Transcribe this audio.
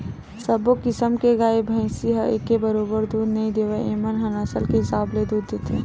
सब्बो किसम के गाय, भइसी ह एके बरोबर दूद नइ देवय एमन ह नसल के हिसाब ले दूद देथे